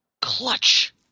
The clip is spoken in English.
Clutch